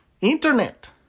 Internet